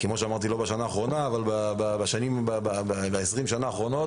לא בשנה האחרונה אבל ב-20 השנים האחרונות.